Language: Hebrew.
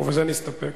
ובזה נסתפק.